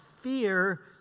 fear